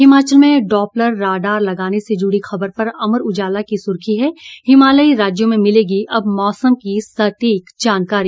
हिमाचल में Doppler radar लगाने से जुड़ी खबर पर अमर उजाला की सुर्खी है हिमालयी राज्यों में मिलेगी अब मौसम की सटीक जानकारी